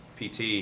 PT